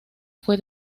fue